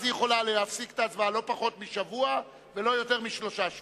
אז היא יכולה להפסיק את ההצבעה לא פחות משבוע ולא יותר משלושה שבועות,